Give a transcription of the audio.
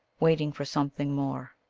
waiting for something more.